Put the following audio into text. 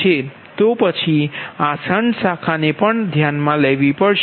તો પછી આ શંટ શાખાને પણ ધ્યાનમાં લેવી પડશે